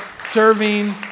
serving